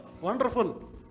wonderful